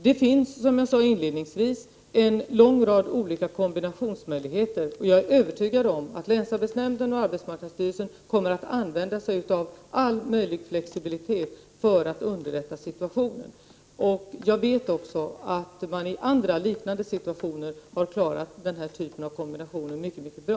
Det finns, som jag sade inledningsvis, en lång rad olika kombinationsmöjligheter, och jag är övertygad om att länsarbetsnämnden och arbetsmarknadsstyrelsen kommer att använda sig av all möjlig flexibilitet för att underlätta situationen. Jag vet också att man i andra liknande situationer har klarat denna typ av kombinationer mycket bra.